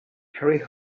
harry